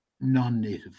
non-native